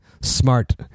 smart